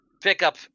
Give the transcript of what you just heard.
Pickup